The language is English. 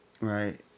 right